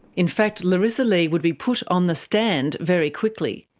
in fact larisa like would be put on the stand very quickly.